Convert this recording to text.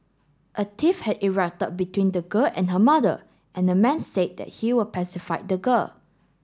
a tiff had erupted between the girl and her mother and the man said that he would pacify the girl